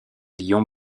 lions